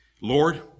Lord